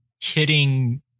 hitting